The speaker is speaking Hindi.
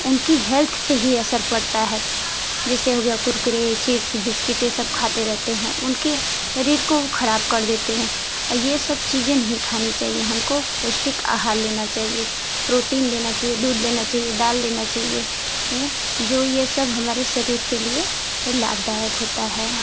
उनकी हेल्थ पर ही असर पड़ता है जैसे हो गया कुरकुरे चिप्स बिस्किट यह सब खाते रहेते हैं उनके शरीर को खराब कर देते हैं यह सब चीजें नहीं खानी चाहिए हमको पौष्टिक आहार लेना चाहिए प्रोटीन लेना चाहिए दूध लेना चाहिए दाल लेना चाहिए जो ये सब हमारे शरीर के लिए ये लाभदायक होता है